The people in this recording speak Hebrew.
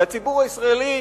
כי הציבור הישראלי,